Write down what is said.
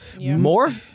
more